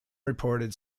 reported